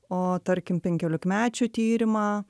o tarkim penkiolikmečių tyrimą